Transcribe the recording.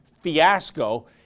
fiasco